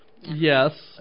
Yes